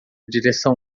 direção